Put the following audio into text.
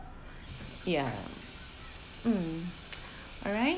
yeah um alright